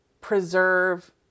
preserve